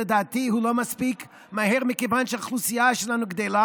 לדעתי הוא מספיק מהיר מכיוון שהאוכלוסייה שלנו גדלה,